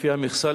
לפי המכסה,